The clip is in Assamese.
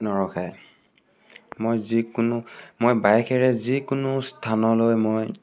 নৰখাই মই যিকোনো মই বাইকেৰে যিকোনো স্থানলৈ মই